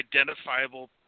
identifiable